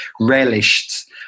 relished